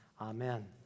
Amen